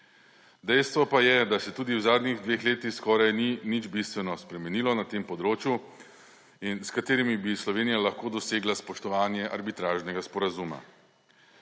Dejstvo pa je, da se tudi v zadnjih dveh letih skoraj ni nič bistveno spremenilo na tem področju in s katerimi bi Slovenija lahko dosegla spoštovanje arbitražnega sporazuma.